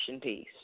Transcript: piece